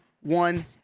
one